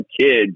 kids